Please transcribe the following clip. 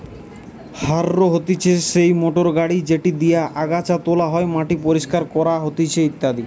harrow হতিছে সেই motor গাড়ি যেটি দিয়া আগাছা তোলা হয়, মাটি পরিষ্কার করা হতিছে ইত্যাদি